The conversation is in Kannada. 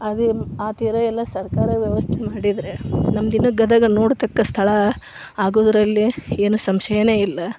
ಅದೆ ಆ ತೀರಾ ಎಲ್ಲ ಸರ್ಕಾರ ವ್ಯವಸ್ಥೆ ಮಾಡಿದರೆ ನಮ್ಮದಿನ್ನು ಗದಗ ನೋಡತಕ್ಕ ಸ್ಥಳ ಆಗೋದ್ರಲ್ಲಿ ಏನು ಸಂಶಯವೇ ಇಲ್ಲ